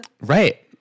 right